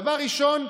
דבר ראשון,